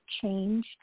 change